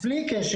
בלי קשר,